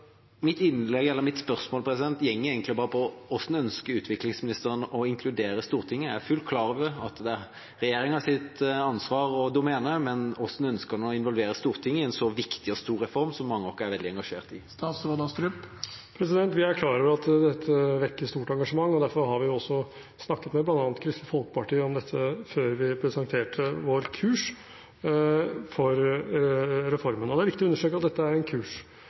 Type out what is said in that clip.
mitt spørsmål går egentlig bare på: Hvordan ønsker utviklingsministeren å inkludere Stortinget? Jeg er fullt klar over at det er regjeringas ansvar og domene, men hvordan ønsker han å involvere Stortinget i en så viktig og stor reform, som mange av oss er veldig engasjert i? Vi er klar over at dette vekker stort engasjement, og derfor har vi snakket med bl.a. Kristelig Folkeparti om dette før vi presenterte vår kurs for reformen. Det er viktig å understreke at dette er en kurs.